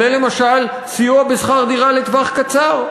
כולל למשל לסיוע בשכר דירה לטווח קצר.